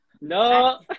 No